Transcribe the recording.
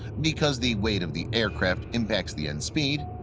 because the weight of the aircraft impacts the end speed,